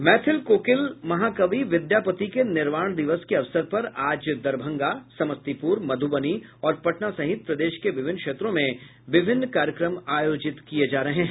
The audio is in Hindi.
मैथिल कोकिल महाकवि विद्यापति के निर्वाण दिवस के अवसर पर आज दरभंगा समस्तीपूर मध्रबनी और पटना सहित प्रदेश के विभिन्न क्षेत्रों में विभिन्न कार्यक्रम आयोजित किये जा रहे हैं